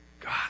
God